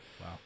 Wow